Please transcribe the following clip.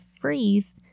freeze